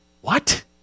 What